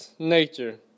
Nature